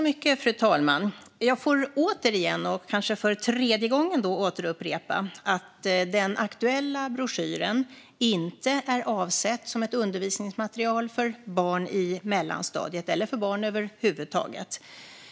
Fru talman! Jag får återigen och kanske för tredje gången upprepa att den aktuella broschyren inte är avsedd som ett undervisningsmaterial för barn i mellanstadiet eller för barn över huvud taget.